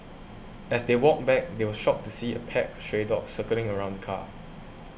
as they walked back they were shocked to see a pack of stray dogs circling around the car